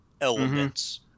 elements